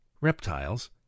Reptiles